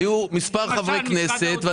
היו מספר חברי כנסת,